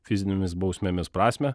fizinėmis bausmėmis prasmę